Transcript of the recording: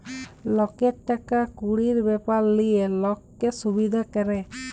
লকের টাকা কুড়ির ব্যাপার লিয়ে লক্কে সুবিধা ক্যরে